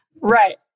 Right